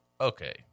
okay